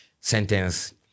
sentence